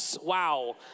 Wow